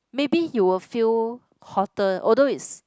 maybe you will feel hotter although it's